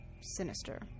sinister